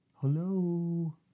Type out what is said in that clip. hello